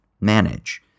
manage